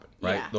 right